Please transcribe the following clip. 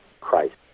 Christ